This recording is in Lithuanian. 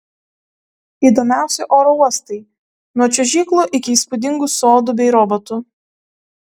įdomiausi oro uostai nuo čiuožyklų iki įspūdingų sodų bei robotų